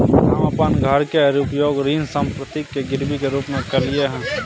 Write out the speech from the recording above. हम अपन घर के उपयोग ऋण संपार्श्विक या गिरवी के रूप में कलियै हन